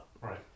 Right